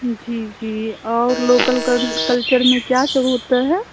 जी जी और local culture में क्या सब होता है